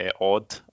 Odd